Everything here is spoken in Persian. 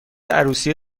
عروسی